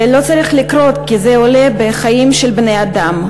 זה לא צריך לקרות, כי זה עולה בחיים של בני-אדם.